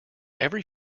every